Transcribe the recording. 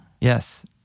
Yes